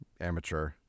amateur